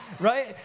right